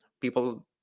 People